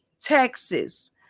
Texas